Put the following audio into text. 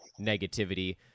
negativity